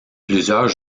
plusieurs